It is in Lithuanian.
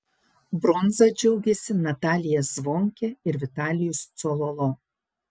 bronza džiaugėsi natalija zvonkė ir vitalijus cololo